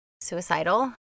suicidal